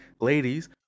ladies